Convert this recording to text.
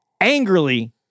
Angrily